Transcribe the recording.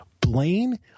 Blaine